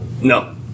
No